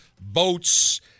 boats